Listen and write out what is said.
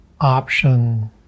option